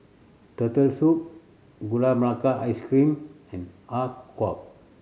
Turtle Soup Gula Melaka Ice Cream and Har Kow